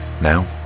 Now